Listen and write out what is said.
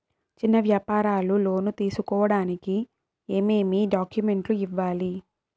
చిన్న వ్యాపారులు లోను తీసుకోడానికి ఏమేమి డాక్యుమెంట్లు ఇవ్వాలి?